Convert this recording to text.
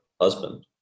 husband